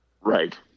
Right